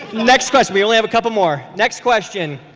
next question, we only have a couple more. next question,